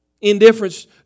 Indifference